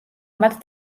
მათ